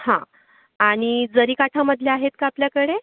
हा आणि जरीकाठामधल्या आहेत का आपल्याकडे